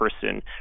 person